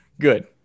Good